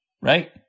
right